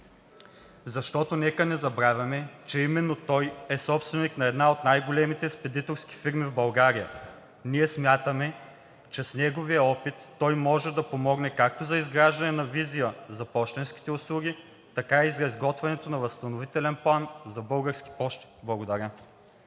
защото, нека не забравяме, че именно той е собственик на една от най-големите спедиторски фирми в България. Ние смятаме, че с неговия опит той може да помогне както за изграждане на визия за пощенските услуги, така и за изготвянето на възстановителен план за „Български пощи“. Благодаря.